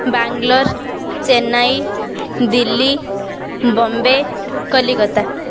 Bangalore Chennai Delhi Bombay Calcutta